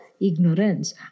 ignorance